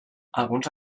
alguns